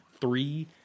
three